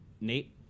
Nate